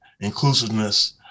inclusiveness